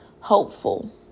hopeful